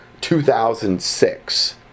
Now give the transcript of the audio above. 2006